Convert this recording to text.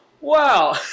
Wow